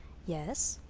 yes.